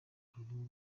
ururimi